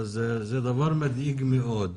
זה דבר מדאיג מאוד.